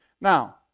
Now